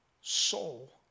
soul